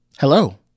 Hello